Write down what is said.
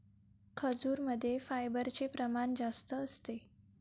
खजूरमध्ये फायबरचे प्रमाण जास्त असते